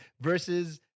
versus